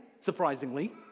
surprisingly